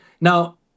Now